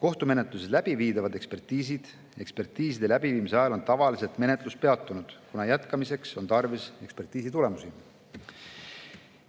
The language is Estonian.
Kohtumenetluses läbiviidavad ekspertiisid. Ekspertiiside läbiviimise ajal on tavaliselt menetlus peatunud, kuna jätkamiseks on tarvis ekspertiisi tulemusi.